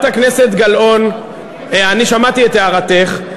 אני שמעתי את הערתך.